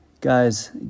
Guys